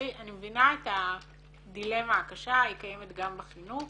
אני מבינה את הדילמה הקשה, היא קיימת גם בחינוך